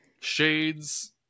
shades